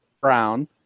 Brown